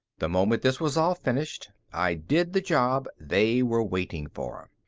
the moment this was all finished, i did the job they were waiting for.